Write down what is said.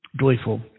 joyful